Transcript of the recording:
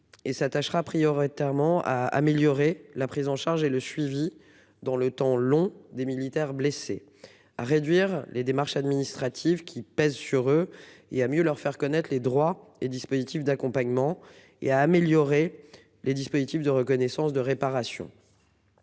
et s'attachera prioritairement à améliorer la prise en charge et le suivi dans le temps long. Des militaires blessés à réduire les démarches administratives qui pèsent sur eux. Il a mieux leur faire connaître les droits et dispositifs d'accompagnement et à améliorer les dispositifs de reconnaissance de réparation.